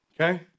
okay